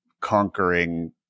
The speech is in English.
conquering